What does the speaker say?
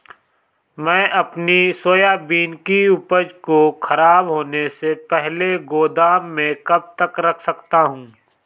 मैं अपनी सोयाबीन की उपज को ख़राब होने से पहले गोदाम में कब तक रख सकता हूँ?